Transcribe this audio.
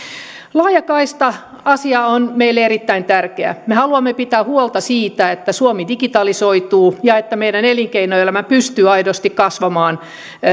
laajakaista asia on meille erittäin tärkeä me haluamme pitää huolta siitä että suomi digitalisoituu ja että meidän elinkeinoelämä pystyy aidosti kasvamaan